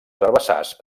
herbassars